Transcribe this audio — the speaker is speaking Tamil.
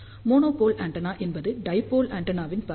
மோனோபோல் ஆண்டெனா என்பது டைபோல் ஆண்டெனாவின் பாதி